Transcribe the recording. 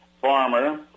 farmer